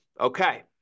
Okay